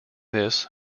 this